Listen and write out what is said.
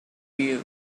you